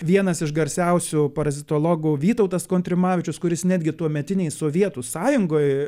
vienas iš garsiausių parazitologų vytautas kontrimavičius kuris netgi tuometinėj sovietų sąjungoj